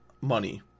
money